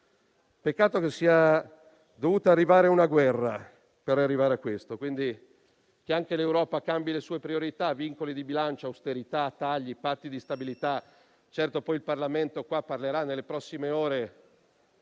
Peccato che sia dovuta arrivare una guerra per arrivare a questo. Che allora anche l'Europa cambi priorità, vincoli di bilancio, austerità, tagli e patti di stabilità. Certo, poi il Parlamento parlerà nelle prossime ore